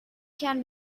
can